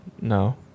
No